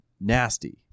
nasty